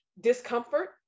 discomfort